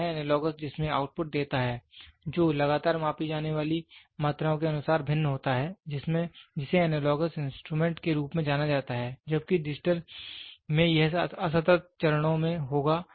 तो वह एनालॉगस जिसमें आउटपुट देता है जो लगातार मापी जाने वाली मात्राओं के अनुसार भिन्न होता है जिसे एनालॉगस इंस्ट्रूमेंट के रूप में जाना जाता है जबकि डिजिटल में यह असतत चरणों में होगा